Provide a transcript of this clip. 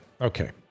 Okay